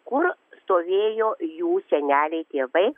kur stovėjo jų seneliai tėvai